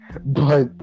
But-